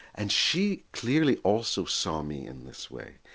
and she clearly also saw me in this way.